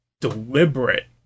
deliberate